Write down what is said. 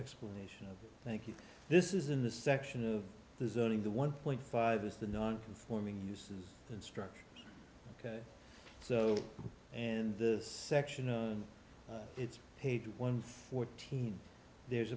explanation of thank you this is in the section of the zoning the one point five is the nonconforming uses construction ok so and this section and it's page one fourteen there's